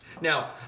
Now